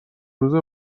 روزه